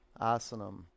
Asanam